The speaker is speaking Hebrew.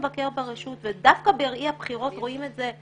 המבקר ברשות ודווקא בראי הבחירות רואים את זה,